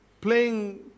playing